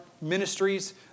ministries